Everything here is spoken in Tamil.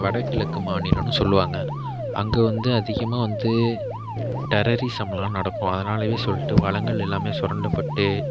வடகிழக்கு மாநிலம்னு சொல்லுவாங்க அங்கே வந்து அதிகமாக வந்து டெரரிசம்லாம் நடக்கும் அதனாலயே சொல்லிட்டு வளங்கள் எல்லாமே சுரண்டப்பட்டு